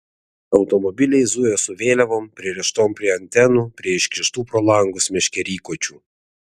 automobiliai zujo su vėliavom pririštom prie antenų prie iškištų pro langus meškerykočių